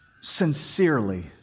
sincerely